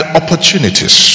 opportunities